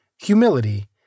humility